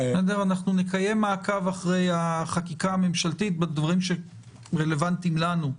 אנחנו נקיים מעקב אחרי החקיקה הממשלתית בדברים שרלוונטיים לנו,